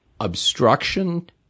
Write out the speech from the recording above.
obstruction